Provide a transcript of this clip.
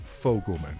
fogelman